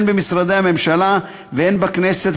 הן במשרדי הממשלה והן בכנסת.